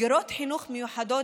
מסגרות חינוך מיוחדות